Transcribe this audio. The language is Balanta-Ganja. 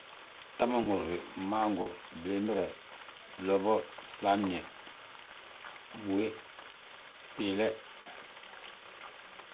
Ta ma nhúrni mmangu, blimbire, lobo, bŧaabñe, mbúwe, biile.